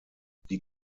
die